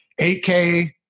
8K